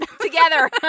together